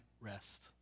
rest